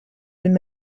him